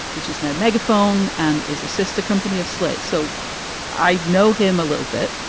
which is no megaphone and is a sister company of slate. so i know him a little bit.